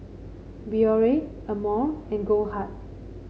Biore Amore and Goldheart